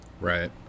Right